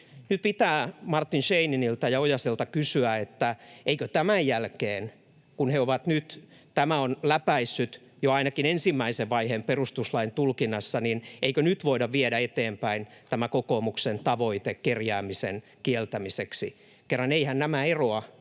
Nyt pitää Martin Scheininilta ja Ojaselta kysyä, että kun tämä on läpäissyt jo ainakin ensimmäisen vaiheen perustuslain tulkinnassa, niin eikö nyt voida viedä eteenpäin tämä kokoomuksen tavoite kerjäämisen kieltämiseksi, kun kerran eiväthän nämä eroa